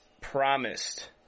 promised